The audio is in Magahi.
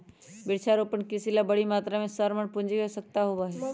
वृक्षारोपण कृषि ला बड़ी मात्रा में श्रम और पूंजी के आवश्यकता होबा हई